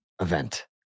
event